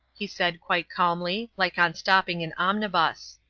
he said, quite calmly, like on stopping an omnibus.